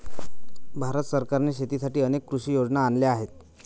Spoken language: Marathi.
भारत सरकारने शेतीसाठी अनेक कृषी योजना आणल्या आहेत